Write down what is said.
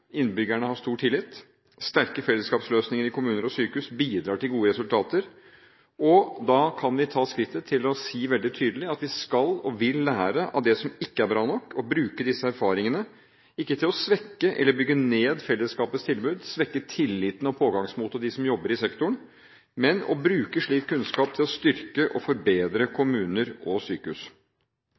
innbyggerne har stor tillit, og sterke fellesskapsløsninger i kommuner og sykehus bidrar til gode resultater. Da kan vi ta skritt til å si veldig tydelig at vi skal og vil lære av det som ikke er bra nok, og bruke disse erfaringene og kunnskapen – ikke til å svekke eller bygge ned fellesskapets tilbud, eller svekke tilliten og pågangsmotet hos dem som jobber i sektoren – til å styrke og forbedre kommuner og sykehus.